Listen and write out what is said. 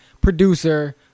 producer